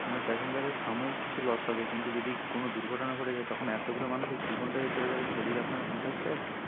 আপনার প্যাসেঞ্জারের সাময়িক কিছু লস হবে কিন্তু যদি কোনো দুর্ঘটনা ঘটে যায় তখন এতগুলো মানুষের জীবনটা যে চলে যাবে সেদিকে আপনার হুশ আছে